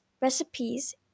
recipes